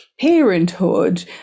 parenthood